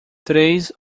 três